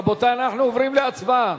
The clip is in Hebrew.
רבותי, אנחנו עוברים להצבעה.